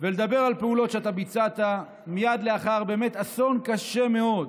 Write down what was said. ולדבר על פעולות שאתה ביצעת מייד לאחר אסון קשה מאוד